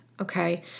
Okay